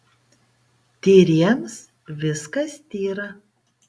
tyriems viskas tyra